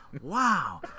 wow